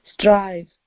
strive